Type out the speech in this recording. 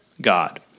God